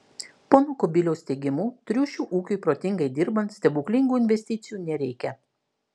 pono kubiliaus teigimu triušių ūkiui protingai dirbant stebuklingų investicijų nereikia